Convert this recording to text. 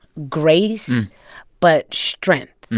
grace but strength.